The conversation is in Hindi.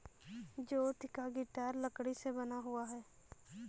ज्योति का गिटार लकड़ी से बना हुआ है